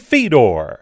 Fedor